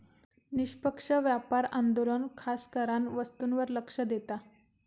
निष्पक्ष व्यापार आंदोलन खासकरान वस्तूंवर लक्ष देता